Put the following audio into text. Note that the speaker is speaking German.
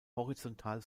horizontal